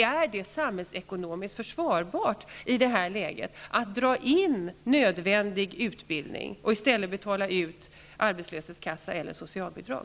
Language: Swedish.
Är det samhällsekonomiskt försvarbart i det här läget att dra in nödvändig utbildning och i stället betala ut arbetslöshetskassa eller socialbidrag?